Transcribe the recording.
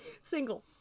Single